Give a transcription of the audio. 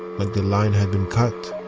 like the line had been cut.